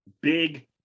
Big